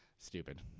stupid